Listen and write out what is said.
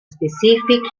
specific